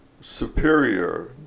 superior